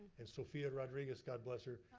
and sophia rodriguez, god bless her,